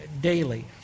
daily